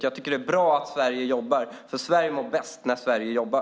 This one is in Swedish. Jag tycker att det är bra att Sverige jobbar, för Sverige mår bäst när Sverige jobbar.